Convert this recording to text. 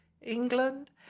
England